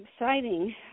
exciting